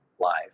live